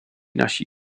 naši